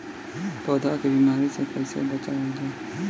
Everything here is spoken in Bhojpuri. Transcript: पौधा के बीमारी से कइसे बचावल जा?